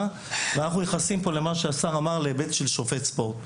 וכאן נכנס העניין להיבט של שופט ספורט,